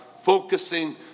focusing